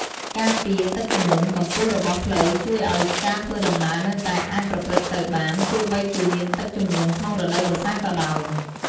ការពារទឹកជំនន់ កម្ពស់របស់ផ្លូវជួយឲ្យការធ្វើដំណើរនៅតែអាចប្រព្រឹត្តទៅបាន ទោះបីជាមានទឹកជំនន់ក្នុងរដូវវស្សាក៏ដោយ។